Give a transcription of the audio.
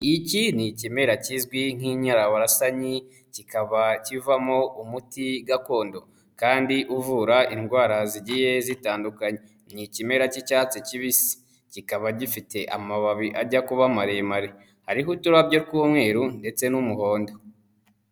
Iki ni ikimera kizwi nk'inyarabasanyi, kikaba kivamo umuti gakondo kandi uvura indwara zigiye zitandukanye. Ni ikimera cy'icyatsi kibisi, kikaba gifite amababi ajya kuba maremare, hariho uturabyo tw'umweru ndetse n'umuhondo.